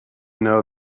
know